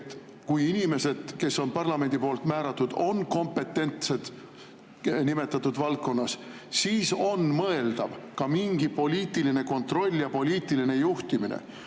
et kui inimesed, kes on parlamendi poolt määratud, on kompetentsed nimetatud valdkonnas, siis on mõeldav ka mingi poliitiline kontroll ja poliitiline juhtimine.